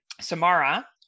Samara